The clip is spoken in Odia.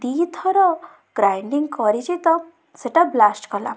ଦୁଇଥର ଗ୍ରାଇଡ଼ିଙ୍ଗ କରିଛି ତ ସେଟା ବ୍ଲାଷ୍ଟ କଲା